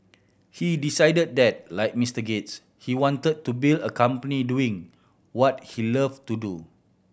he decided that like Mister Gates he wanted to build a company doing what he loved to do